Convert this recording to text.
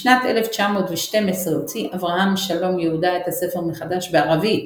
בשנת 1912 הוציא אברהם שלום יהודה את הספר מחדש בערבית,